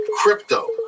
crypto